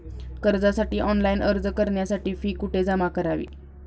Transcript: कर्जासाठी ऑनलाइन अर्ज करण्यासाठी फी कुठे जमा करावी?